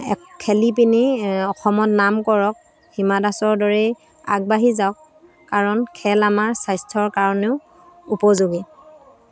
এক খেলি পিনি অসমত নাম কৰক হিমা দাসৰ দৰেই আগবাঢ়ি যাওক কাৰণ খেল আমাৰ স্বাস্থ্যৰ কাৰণেও উপযোগী